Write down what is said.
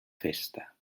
festa